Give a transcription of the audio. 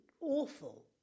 awful